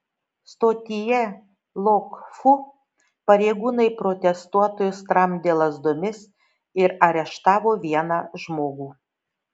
stotyje lok fu pareigūnai protestuotojus tramdė lazdomis ir areštavo vieną žmogų